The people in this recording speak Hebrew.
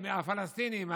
הפלסטינים,